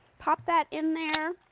pop that in there.